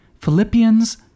Philippians